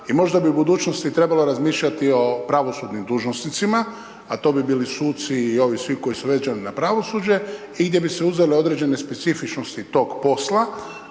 i možda bi u budućnosti trebalo razmišljati o pravosudnim dužnosnicima, a to bi bili suci i ovi svi koji su …/Govornik se ne razumije./… na pravosuđe i gdje bi se uzele određene specifičnosti tog posla